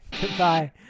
Goodbye